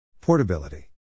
Portability